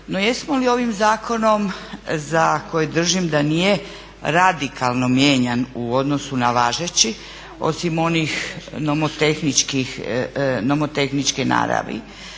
No, jesmo li ovim zakonom za koji držim da nije radikalno mijenjan u odnosu na važeći osim onih nomotehničke naravi,